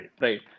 Right